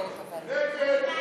אלקטרונית.